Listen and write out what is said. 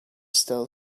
still